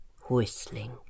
whistling